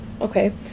okay